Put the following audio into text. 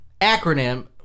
acronym